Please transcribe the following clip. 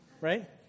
right